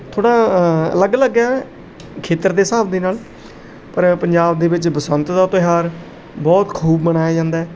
ਥੋੜ੍ਹਾ ਅਲੱਗ ਅਲੱਗ ਹੈ ਖੇਤਰ ਦੇ ਹਿਸਾਬ ਦੇ ਨਾਲ ਪਰ ਪੰਜਾਬ ਦੇ ਵਿੱਚ ਬਸੰਤ ਦਾ ਤਿਉਹਾਰ ਬਹੁਤ ਖੂਬ ਮਨਾਇਆ ਜਾਂਦਾ ਹੈ